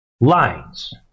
lines